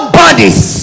bodies